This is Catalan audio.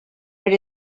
per